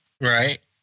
Right